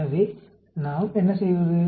எனவே நாம் என்ன செய்வது